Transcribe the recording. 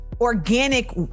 organic